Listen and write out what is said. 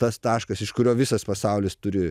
tas taškas iš kurio visas pasaulis turi